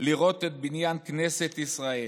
לראות את בניין כנסת ישראל?